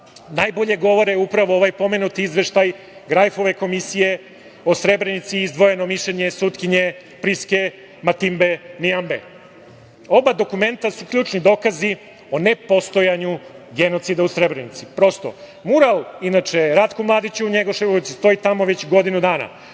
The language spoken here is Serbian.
najbolje govore upravo ovaj pomenuti izveštaj Grajfove komisije o Srebrenici, izdvojeno mišljenje sudije Priske Matinbe Nijamnbe. Oba dokumenta su ključni dokazi o nepostojanju genocida u Srebrenici. Prosto, mural, Ratku Mladiću u Njegoševoj ulici stoji tamo već godinu dana.